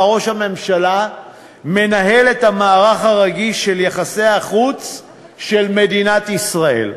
ראש הממשלה מנהל את המערך הרגיש של יחסי החוץ של מדינת ישראל.